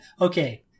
Okay